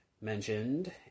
mentioned